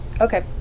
Okay